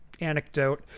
anecdote